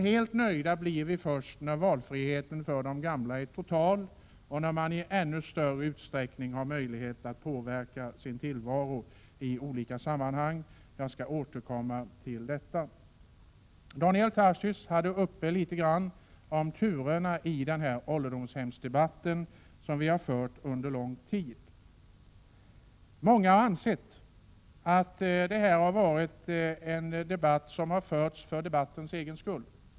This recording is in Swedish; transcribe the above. Helt nöjda blir vi emellertid först när valfriheten för de gamla är total och när man i ännu större utsträckning har möjlighet att påverka sin tillvaro i olika sammanhang. Jag skall återkomma till detta. Daniel Tarschys var litet grand inne på turerna i den debatt om ålderdomshemmen som vi har fört under en längre tid. Många har ansett att detta har varit en debatt som har förts för debattens egen skull.